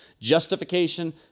justification